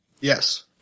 Yes